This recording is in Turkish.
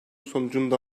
sonucunda